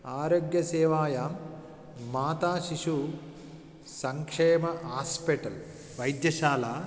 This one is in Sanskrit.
आरोग्यसेवायां माताशिशु संक्षेम आस्पेटल् वैद्यशाला